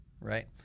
right